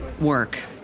work